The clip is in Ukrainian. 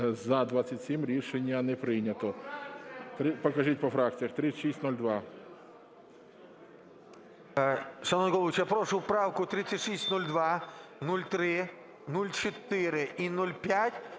За-27 Рішення не прийнято. Покажіть по фракціям. 3602.